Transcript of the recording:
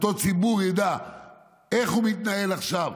שאותו ציבור ידע איך הוא מתנהל עכשיו,